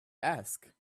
ask